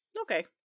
Okay